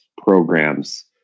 programs